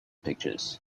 pictures